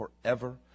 forever